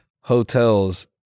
hotels